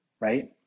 right